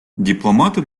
дипломаты